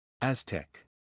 Aztec